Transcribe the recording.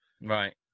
right